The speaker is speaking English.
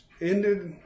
ended